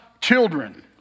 children